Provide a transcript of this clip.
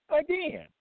Again